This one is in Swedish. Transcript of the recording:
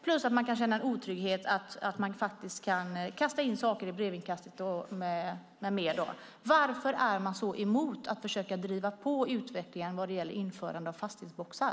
Dessutom kan det kännas otryggt att saker kan kastas in i brevinkastet. Varför är man så emot att försöka driva på utvecklingen vad gäller införande av fastighetsboxar?